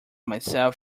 myself